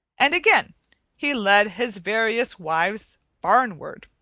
and again he led his various wives barn-ward.